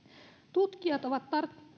tutkijat ovat